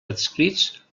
adscrits